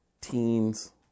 teens